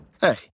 Hey